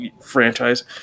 franchise